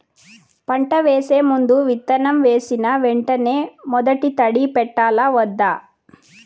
పంట వేసే ముందు, విత్తనం వేసిన వెంటనే మొదటి తడి పెట్టాలా వద్దా?